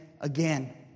again